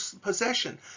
possession